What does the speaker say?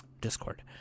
Discord